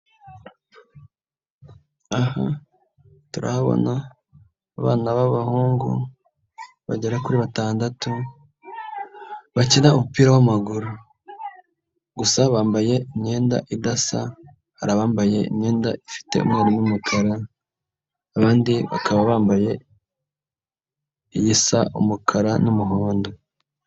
Aha turabona abana b'abahungu bagera kuri batandatu, bakina umupira w'amaguru gusa bambaye imyenda idasa, hari abambaye imyenda ifite umweru n'umukara, abandi bakaba bambaye isa umukara n'umuhondo.